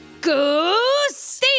Goose